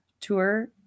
Tour